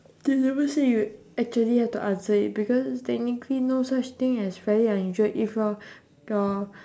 they never say you actually have to answer it because technically no such thing as fairly unusual if your your